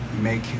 make